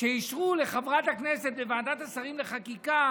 שאישרו בוועדת השרים לחקיקה